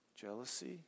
Jealousy